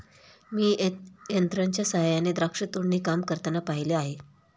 मी यंत्रांच्या सहाय्याने द्राक्ष तोडणी काम करताना पाहिले आहे